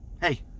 hey